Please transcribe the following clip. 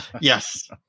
Yes